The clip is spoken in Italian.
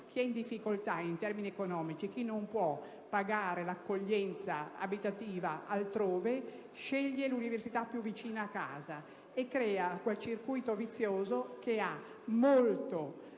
Chi è in difficoltà in termini economici, chi non può pagare l'accoglienza abitativa altrove, sceglie l'università più vicina a casa e crea quel circuito vizioso che ha molto